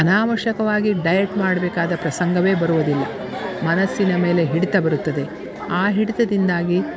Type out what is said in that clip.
ಅನಾವಶ್ಯಕವಾಗಿ ಡಯೆಟ್ ಮಾಡಬೇಕಾದ ಪ್ರಸಂಗವೇ ಬರುವುದಿಲ್ಲ ಮನಸ್ಸಿನ ಮೇಲೆ ಹಿಡಿತ ಬರುತ್ತದೆ ಆ ಹಿಡಿತದಿಂದಾಗಿ